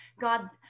God